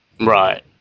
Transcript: right